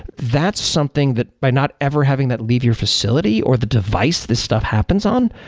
that's something that by not ever having that leave your facility or the device this stuff happens on,